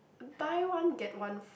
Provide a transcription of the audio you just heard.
buy one get one f~